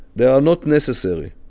they are not necessarily.